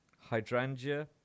Hydrangea